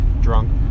drunk